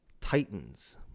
Titans